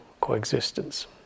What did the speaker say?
coexistence